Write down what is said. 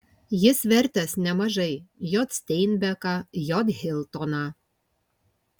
jis vertęs nemažai j steinbeką j hiltoną